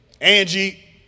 Angie